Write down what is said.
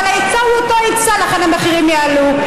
אבל ההיצע הוא אותו היצע, ולכן המחירים יעלו.